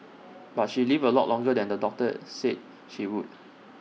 but she lived A lot longer than the doctor said she would